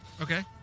Okay